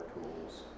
tools